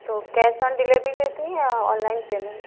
तो cash on delivery लेती हैं या ऑनलाइन पेमेंट